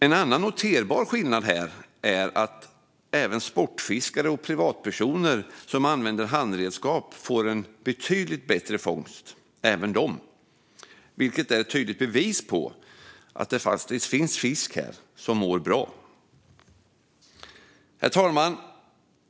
En annan noterbar skillnad är att även sportfiskare och privatpersoner som använder handredskap får en betydligt bättre fångst, vilket är ett tydligt bevis på att det finns fisk där som mår bra. Herr talman!